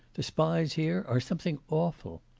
the spies here are something awful!